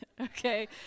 Okay